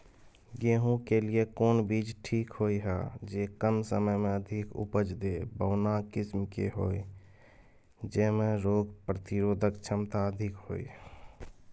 गेहूं के लिए कोन बीज ठीक होय हय, जे कम समय मे अधिक उपज दे, बौना किस्म के होय, जैमे रोग प्रतिरोधक क्षमता अधिक होय?